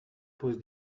pose